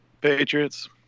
Patriots